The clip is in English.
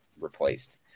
replaced